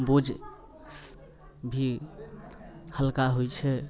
बोझ भी हल्का होइ छै